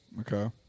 Okay